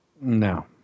No